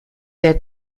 der